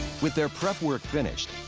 with their prep work finished,